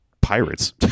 pirates